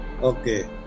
Okay